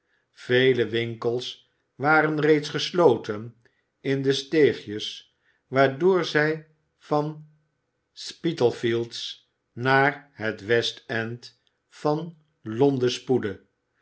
vele winkels waren reeds gesloten in de steegjes waardoor zij van spitalfields naar het w e s t e n d van londen spoedde